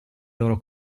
loro